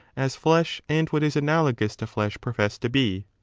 as flesh and what is analogous to flesh profess to be.